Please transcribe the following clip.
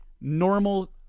normal